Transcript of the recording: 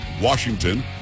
Washington